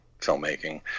filmmaking